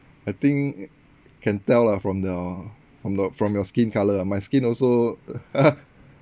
I think can tell lah from your from your from your skin colour ah my skin also